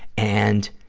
and,